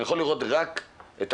אני יכול לראות את הכמות.